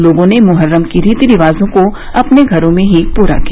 लोगों ने मुहर्रम की रीति रिवाजों को अपने घरों में ही पूरा किया